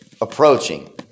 approaching